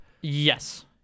Yes